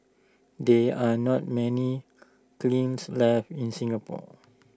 there are not many cleans left in Singapore